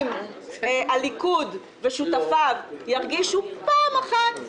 לא נורא אם הליכוד ושותפיו ירגישו פעם אחת,